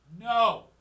No